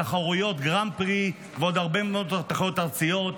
בתחרויות גרנד פרי ובעוד הרבה מאוד תחרויות ארציות,